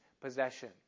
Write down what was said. possession